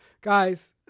guys